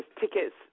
tickets